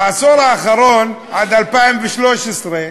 בעשור האחרון, עד 2013,